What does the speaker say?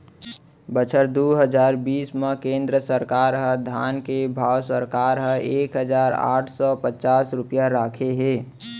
बछर दू हजार बीस म केंद्र सरकार ह धान के भाव सरकार ह एक हजार आठ सव पचास रूपिया राखे हे